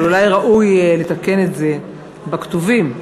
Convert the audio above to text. אולי ראוי לתקן את זה בכתובים.